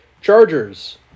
Chargers